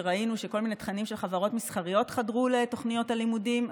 שראינו שכל מיני תכנים של חברות מסחריות חדרו לתוכניות הלימודים,